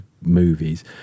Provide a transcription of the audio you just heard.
movies